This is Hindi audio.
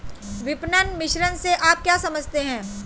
विपणन मिश्रण से आप क्या समझते हैं?